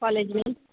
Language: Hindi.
कॉलेज में